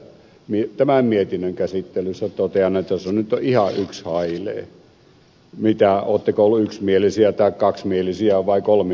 tämän mietinnön käsittelyssä totean että se nyt on ihan yks hailee oletteko olleet yksimielisiä taikka kaksimielisiä vai kolmimielisiä